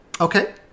Okay